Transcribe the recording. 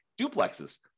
duplexes